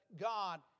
God